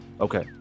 Okay